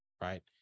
right